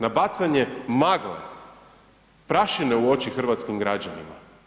Na bacanje magle, prašine u oči hrvatskim građanima.